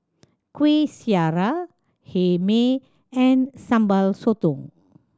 Kueh Syara Hae Mee and Sambal Sotong